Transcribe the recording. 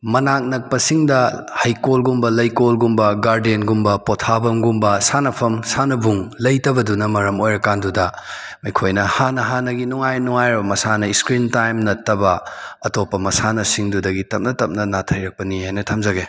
ꯃꯅꯥꯛ ꯅꯛꯄꯁꯤꯡꯗ ꯍꯩꯀꯣꯜꯒꯨꯝꯕ ꯂꯩꯀꯣꯜꯒꯨꯝꯕ ꯒꯥꯔꯗꯦꯟꯒꯨꯝꯕ ꯄꯣꯊꯥꯐꯝꯒꯨꯝꯕ ꯁꯥꯟꯅꯐꯝ ꯁꯥꯟꯅꯕꯨꯡ ꯂꯩꯇꯕꯗꯨꯅ ꯃꯔꯝ ꯑꯣꯏꯔꯀꯥꯟꯗꯨꯗ ꯑꯩꯈꯣꯏꯅ ꯍꯥꯟꯅ ꯍꯟꯅꯒꯤ ꯅꯨꯡꯉꯥꯏ ꯅꯨꯡꯉꯥꯏꯔꯕ ꯃꯁꯥꯟꯅ ꯏꯁꯀ꯭ꯔꯤ ꯇꯥꯏꯝ ꯅꯠꯇꯕ ꯑꯇꯣꯞꯄ ꯃꯁꯥꯟꯅꯁꯤꯡꯗꯨꯗꯒꯤ ꯇꯞꯅ ꯇꯞꯅ ꯅꯥꯊꯩꯔꯛꯄꯅꯤ ꯍꯥꯏꯅ ꯊꯝꯖꯒꯦ